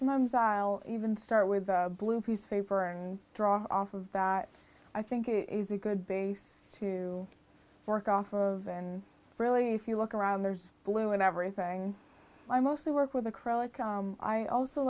sometimes i'll even start with a blue piece paper and draw off of that i think it is a good base to work off of and really few look around there's blue and everything i mostly work with acrylic i also